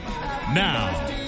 Now